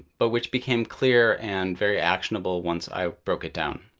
but which became clear and very actionable once i broke it down.